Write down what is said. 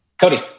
Cody